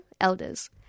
Elders